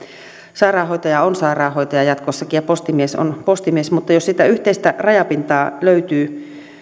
sairaanhoitaja on sairaanhoitaja jatkossakin ja postimies on postimies mutta jos sitä yhteistä rajapintaa